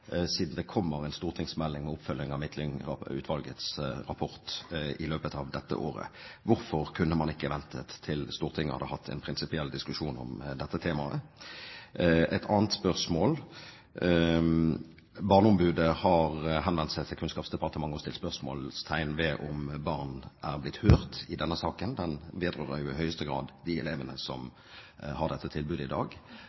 siden det kommer en stortingsmelding med oppfølging av Midtlyng-utvalgets rapport i løpet av dette året? Hvorfor kunne man ikke ventet til Stortinget hadde hatt en prinsipiell diskusjon om dette temaet? Et annet spørsmål: Barneombudet har henvendt seg til Kunnskapsdepartementet og stilt spørsmål ved om barn er blitt hørt i denne saken – den vedrører jo i høyeste grad de elevene